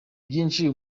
byinshi